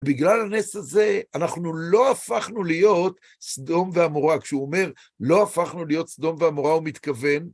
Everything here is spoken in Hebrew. בגלל הנס הזה אנחנו לא הפכנו להיות סדום ועמורה, כשהוא אומר, לא הפכנו להיות סדום ועמורה, הוא מתכוון